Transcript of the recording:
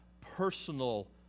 personal